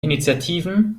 initiativen